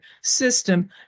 system